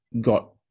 got